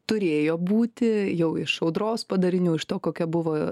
turėjo būti jau iš audros padarinių iš to kokia buvo